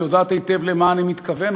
שיודעת היטב למי אני מתכוון,